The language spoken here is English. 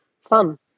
fun